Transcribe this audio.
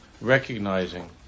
recognizing